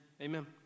amen